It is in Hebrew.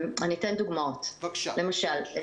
למשל,